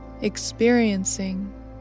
experiencing